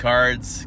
Cards